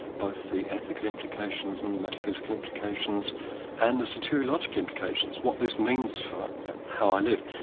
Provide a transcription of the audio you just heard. both the ethical implications and the metaphysical implications and the soteriological implications, what this means for how i live,